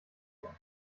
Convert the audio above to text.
vor